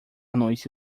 noite